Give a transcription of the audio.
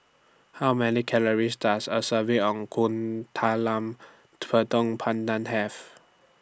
How Many Calories Does A Serving of Kuih Talam Tepong Pandan Have